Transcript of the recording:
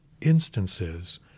instances